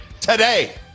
today